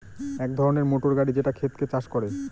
এক ধরনের মোটর গাড়ি যেটা ক্ষেতকে চাষ করে